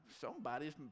somebody's